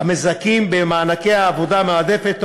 המזכים במענקי העבודה המועדפת,